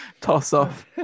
toss-off